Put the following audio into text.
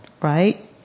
Right